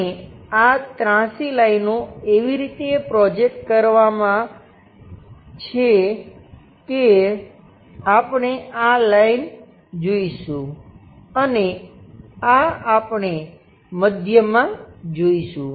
અને આ ત્રાસી લાઈનો એવી રીતે પ્રોજેકટ કરવામાં છે કે આપણે આ લાઈન જોઈશું અને આ આપણે મધ્યમાં જોઈશું